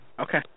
Okay